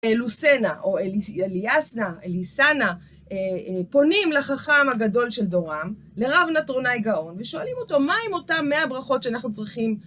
אלוסנה, או אליאסנה, אליסנה, פונים לחכם הגדול של דורם, לרב נטרונאי גאון, ושואלים אותו, מה עם אותם 100 ברכות שאנחנו צריכים...